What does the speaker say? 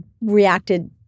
reacted